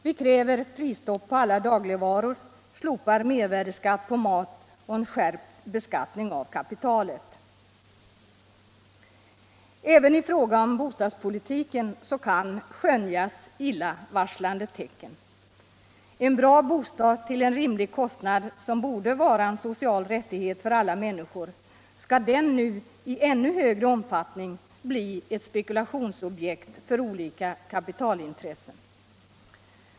Vi kräver prisstopp på alla dagligvaror, slopad mervärdeskatt på mat och en skärpt beskattning av kapitalet. Även i fråga om bostadspolitiken kan illavarslande tecken skönjas. En bra bostad till rimlig kostnad borde vara en social rättighet för alla människor. Skall denna rättighet nu i ännu högre omfattning bli ett spekulationsobjekt för olika Kkapitalintressen?